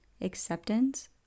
Acceptance